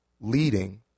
leading